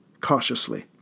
cautiously